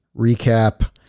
recap